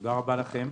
תודה לכם.